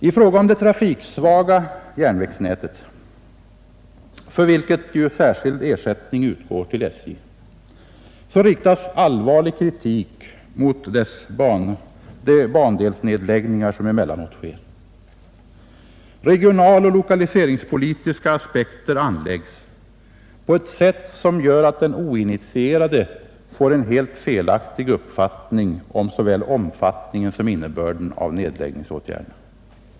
I fråga om det trafiksvaga järnvägsnätet, för vilket särskild ersättning utgår till SJ, riktas allvarlig kritik mot de bandelsnedläggningar som emellanåt sker. Regionaloch lokalpolitiska aspekter anläggs på ett sätt som gör att den oinitierade får en helt felaktig uppfattning om såväl omfattningen som innebörden av nedläggningarna.